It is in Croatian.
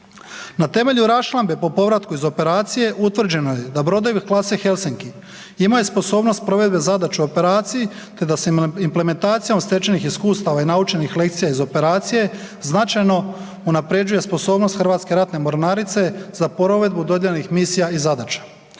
Na temelju raščlambe po povratku iz operacije, utvrđeno je da brodovi klase Helsinki imaju sposobnost provedbe zadaće u operaciji te da se implementacijom stečenih iskustava i naučenih lekcija iz operacije, značajno unaprjeđuje sposobnosti HRM-a za provedbu dodijeljenih misija i zadaća.